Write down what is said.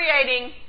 creating